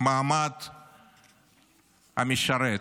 מעמד המשרת.